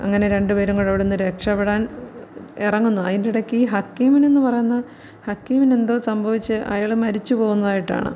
അങ്ങനെ രണ്ട് പേരും കൂടെ അവിടുന്ന് രക്ഷപ്പെടാൻ ഇറങ്ങുന്നു അതിന്റെടക്കീ ഹക്കീമിനെന്നു പറയുന്ന ഹക്കീമിനെന്തോ സംഭവിച്ച് അയാള് മരിച്ചുപോവുന്നതായിട്ടാണ്